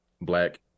black